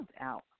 out